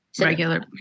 regular